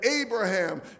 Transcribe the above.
Abraham